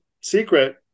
secret